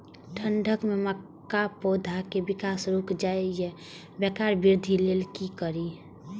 ठंढ में मक्का पौधा के विकास रूक जाय इ वोकर वृद्धि लेल कि करी?